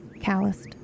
calloused